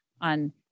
on